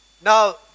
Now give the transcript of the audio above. Now